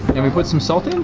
and we put some salt in?